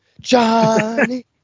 johnny